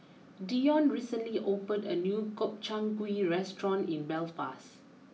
Deion recently opened a new Gobchang Gui restaurant in Belfast